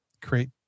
create